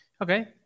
Okay